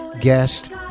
guest